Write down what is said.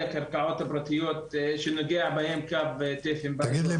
הקרקעות הפרטיות שנוגע בהם קו תפן --- תגיד,